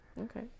Okay